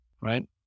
right